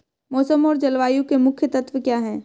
मौसम और जलवायु के मुख्य तत्व क्या हैं?